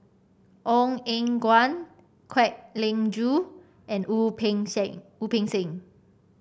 Ong Eng Guan Kwek Leng Joo and Wu Peng Seng Wu Peng Seng